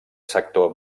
sector